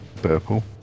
Purple